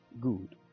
good